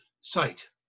site